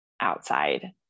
outside